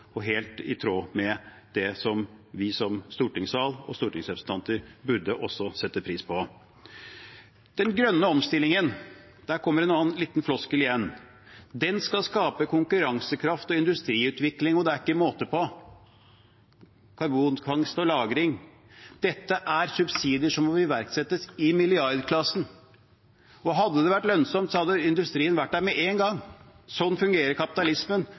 og helt i tråd med det vi som stortingssal og stortingsrepresentanter også burde sette pris på. Den grønne omstillingen – og der kommer det en liten floskel igjen – skal skape konkurransekraft og industriutvikling og det er ikke måte på. Karbonfangst og -lagring: Dette er subsidier som iverksettes i milliardklassen, og hadde det vært lønnsomt, hadde industrien vært der med en gang. Slik fungerer kapitalismen